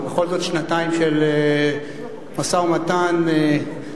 זה בכל זאת שנתיים של משא-ומתן קשוח.